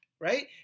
right